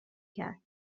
کرد